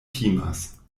timas